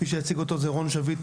מי שיציג אותו זה רון שביט,